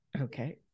Okay